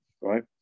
right